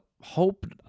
hope